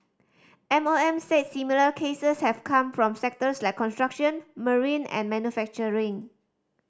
M O M said similar cases have come from sectors like construction marine and manufacturing